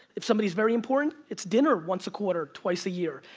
if somebody's very important, it's dinner once a quarter, twice a year.